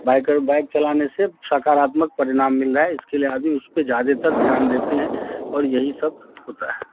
biker bike चलाने से साकारात्मक परिणाम मिल रहा है इसके लिए आदमी उस पर ज़्यादातर ध्यान देते हैं और यही सब होता है